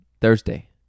Thursday